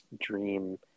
dream